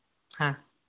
হ্যাঁ